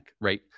right